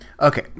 Okay